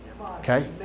Okay